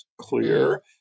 clear